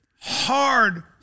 hard